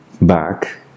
back